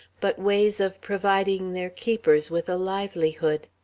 but ways of providing their keepers with a livelihood.